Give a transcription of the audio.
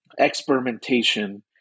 Experimentation